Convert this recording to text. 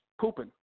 pooping